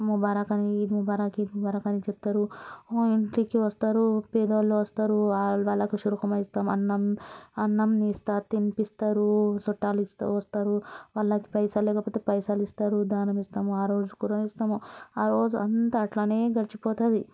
ముబారక్ అని ఈద్ ముబారక్ ఈద్ ముబారక్ అని చెప్తారు మా ఇంటికి వస్తారు పేద వాళ్ళు వస్తారు వాళ్ళకు వాళ్ళకు షురుకుమ ఇస్తాము అన్నం అన్నం ఇస్తారు తినిపిస్తారు చుట్టాలు వస్తారు వాళ్ళకు పైసలు లేకపోతే పైసలు ఇస్తారు దానం ఇస్తాము ఆ రోజు కురా ఇస్తాము ఆ రోజంతా అట్లా గడిచిపోతుంది